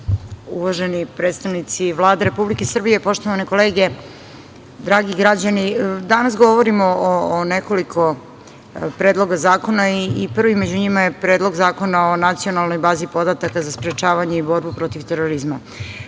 predstavnici Vlade Republike Srbije, poštovane kolege, dragi građani, danas govorimo o nekoliko predloga zakona i prvi među njima je Predlog zakona o nacionalnoj bazi podataka za sprečavanje i borbu protiv terorizma. Pored